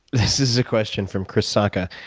this is a question from chris sakka.